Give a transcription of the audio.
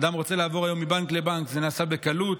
אדם רוצה לעבור היום מבנק לבנק, זה נעשה בקלות,